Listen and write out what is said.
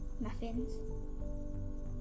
Muffins